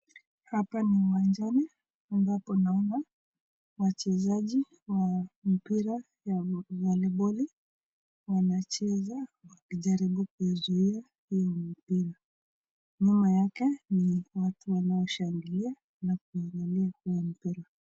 Hapa ni uwanjani ambapo naona wachezaji wa mpira ya volleyball wanacheza wakijaribu kuizuia hiyo mpira. Nyuma yake ni watu wanaoshangilia na kuangalia huo mpira.